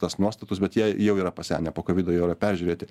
tuos nuostatus bet jie jau yra pasenę po kovido jau yra peržiūrėti